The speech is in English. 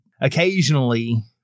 occasionally